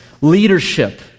Leadership